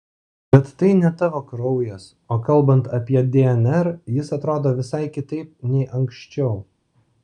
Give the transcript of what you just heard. bet tai ne tavo kraujas o kalbant apie dnr jis atrodo visai kitaip nei anksčiau